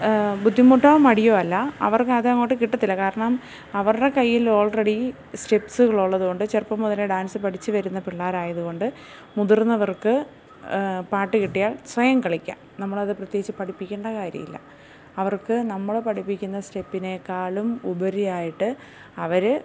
ബുദ്ധിമുട്ടോ മടിയോ അല്ല അവർക്ക് അത് അങ്ങോട്ട് കിട്ടത്തില്ല കാരണം അവരുടെ കയ്യിൽ ഓൾറെഡീ സ്റ്റെപ്സുകൾ ഉള്ളത് കൊണ്ട് ചെറുപ്പം മുതലേ ഡാൻസ് പഠിച്ച് വരുന്ന പിള്ളേരായതുകൊണ്ട് മുതിർന്നവർക്ക് പാട്ട് കിട്ടിയാൽ സ്വയം കളിക്കാം നമ്മളത് പ്രത്യേകിച്ച് പഠിപ്പിക്കേണ്ട കാര്യം ഇല്ല അവർക്ക് നമ്മൾ പഠിപ്പിക്കുന്ന സ്റ്റെപ്പിനേക്കാളും ഉപരിയായിട്ട് അവർ